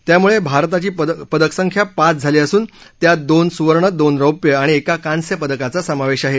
त्यामुळे भारताची पदक संख्या पाच झाली असून त्यात दोन सुवर्ण दोन रौप्य आणि एका कांस्य पदकाचा समावेश आहे